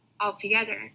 altogether